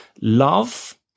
Love